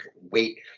wait